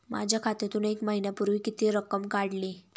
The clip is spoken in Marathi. माझ्या खात्यातून एक महिन्यापूर्वी किती रक्कम काढली?